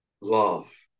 love